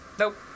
Nope